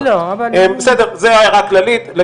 בסדר, זו הערה כללית.